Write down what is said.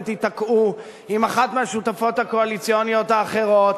תיתקעו עם אחת השותפות הקואליציוניות האחרות,